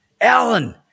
Alan